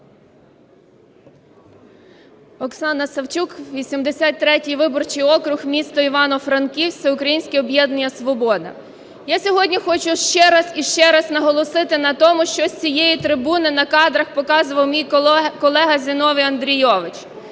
Оксана Савчук, 83 виборчий округ, місто Івано-Франківськ, Всеукраїнське об'єднання "Свобода". Я сьогодні хочу ще раз іще раз наголосити на тому, що з цієї трибуни на кадрах показував мій колега Зіновій Андрійович.